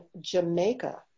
Jamaica